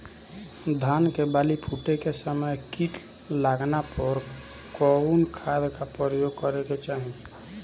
धान के बाली फूटे के समय कीट लागला पर कउन खाद क प्रयोग करे के चाही?